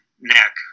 neck